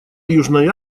южной